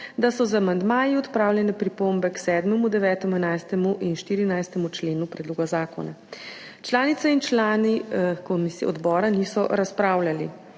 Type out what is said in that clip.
da so z amandmaji odpravljene pripombe k 7., 9., 11. in 14. členu predloga zakona. Članice in člani odbora niso razpravljali.